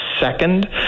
Second